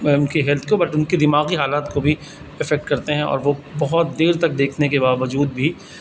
ان کی ہیلتھ کو بٹ ان کی دماغی حالات کو بھی افیکٹ کرتے ہیں اور وہ بہت دیر تک دیکھنے کے باوجود بھی